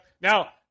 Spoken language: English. Now